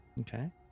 Okay